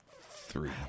Three